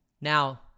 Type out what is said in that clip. Now